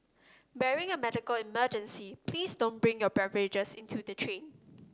barring a medical emergency please don't bring your beverages into the train